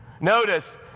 Notice